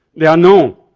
they are known.